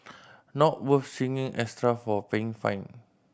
not worth signing extra for paying fine